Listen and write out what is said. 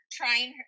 trying